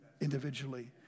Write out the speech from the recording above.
individually